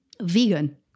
vegan